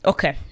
Okay